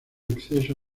acceso